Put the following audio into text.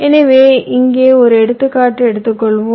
எனவே இங்கே ஒரு எடுத்துக்காட்டு எடுத்துக்கொள்வோம்